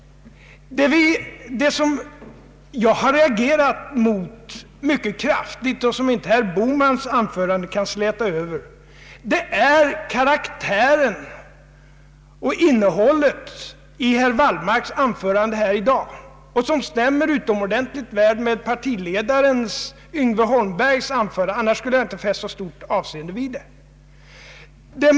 Det som jag har reagerat mot mycket kraftigt och som inte herr Bohmans anförande kan släta över är karaktären och innehållet i herr Wallmarks anförande här i dag, som stämmer utomordentligt väl med partiledarens, Yngve Holmbergs, anförande — annars skulle jag inte fästa så stort avseende vid det.